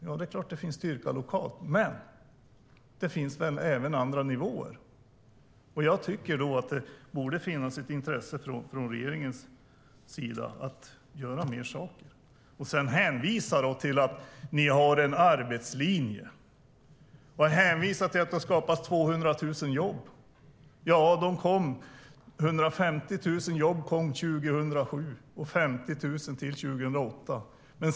Ja, det är klart att det finns styrka lokalt, men det finns väl även andra nivåer. Jag tycker att det borde finnas ett intresse hos regeringen att göra mer saker. Så hänvisar ni till att ni har en arbetslinje och att det har skapats 200 000 jobb. Ja, 150 000 jobb tillkom 2007 och ytterligare 50 000 år 2008.